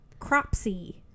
cropsy